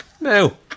No